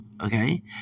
okay